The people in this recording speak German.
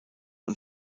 und